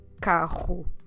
carro